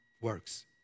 works